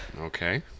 Okay